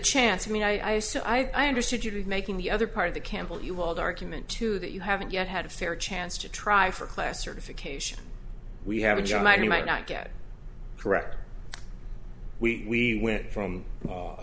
chance to me i so i understood you to be making the other part of the campbell you wild argument too that you haven't yet had a fair chance to try for class certification we have a job that you might not get correct we went from